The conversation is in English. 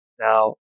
Now